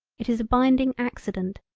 it is a binding accident,